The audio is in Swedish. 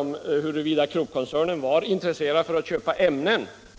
om huruvida Kruppkoncernen var intresserad av att köpa ämnen från Stålverk 80.